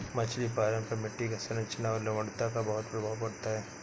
मछली पालन पर मिट्टी की संरचना और लवणता का बहुत प्रभाव पड़ता है